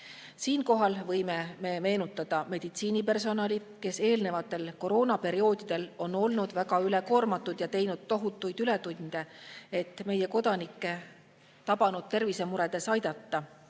Siinkohal võime meenutada meditsiinipersonali, kes eelnevatel koroonaperioodidel on olnud väga ülekoormatud ja teinud tohutuid ületunde, et meie kodanikke neid tabanud tervisemuredes aidata.